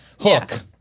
Hook